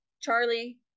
Charlie